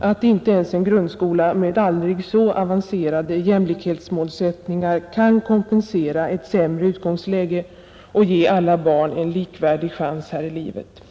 att inte ens en grundskola med aldrig så avancerade jämlikhetsmålsättningar kan kompensera ett sämre utgångsläge och ge alla barn en likvärdig chans här i livet.